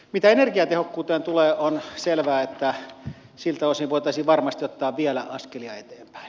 mitä energiatehokkuuteen tulee on selvää että siltä osin voitaisiin varmasti ottaa vielä askelia eteenpäin